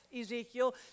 Ezekiel